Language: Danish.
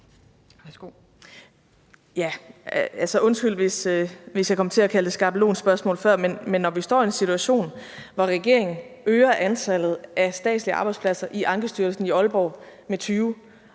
Undskyld, hvis jeg kom til at kalde det et skabelonspørgsmål før, men når vi står i en situation, hvor regeringen øger antallet af statslige arbejdspladser i Ankestyrelsen i Aalborg med 20